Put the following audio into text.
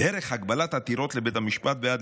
דרך הגבלת עתירות לבית המשפט,